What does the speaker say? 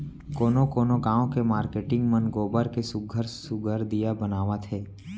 कोनो कोनो गाँव के मारकेटिंग मन गोबर के सुग्घर सुघ्घर दीया बनावत हे